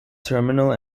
terminal